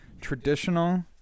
Traditional